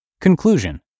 Conclusion